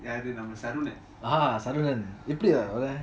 அது நம்ம Saravanan namma saravanan